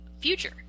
future